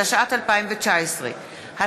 התשע"ט 2019,